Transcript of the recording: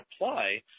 apply